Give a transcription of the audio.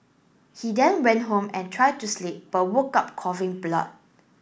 he then went home and tried to sleep but woke up coughing blood